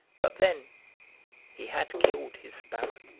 but then he had killed his sparrow.